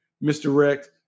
misdirect